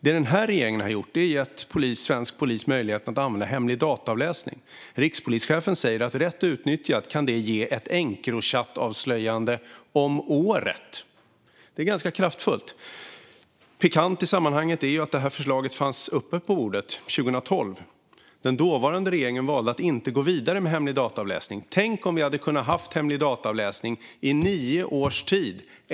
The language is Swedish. Det den här regeringen har gjort är att ge svensk polis möjlighet att använda hemlig dataavläsning. Rikspolischefen säger att rätt utnyttjat kan detta ge ett Encrochat-avslöjande om året. Det är ganska kraftfullt. Pikant i sammanhanget är att detta förslag fanns uppe på bordet 2012. Den dåvarande regeringen valde att inte gå vidare med hemlig dataavläsning. Tänk om vi hade kunnat ha haft det under nio års tid!